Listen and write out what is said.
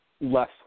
less